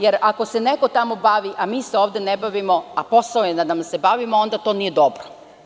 Jer, ako se neko tamo bavi, a mi se ovde ne bavimo, a posao nam je da se bavimo, onda to nije dobro.